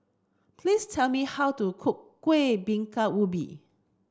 please tell me how to cook Kuih Bingka Ubi